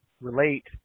relate